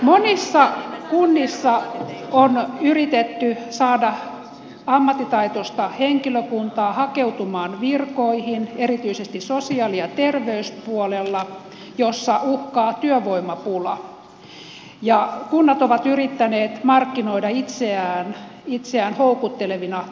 monissa kunnissa on yritetty saada ammattitaitoista henkilökuntaa hakeutumaan virkoihin erityisesti sosiaali ja terveyspuolella jossa uhkaa työvoimapula ja kunnat ovat yrittäneet markkinoida itseään houkuttelevina työnantajina